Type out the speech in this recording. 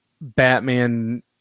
Batman